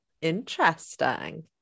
Interesting